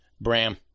Bram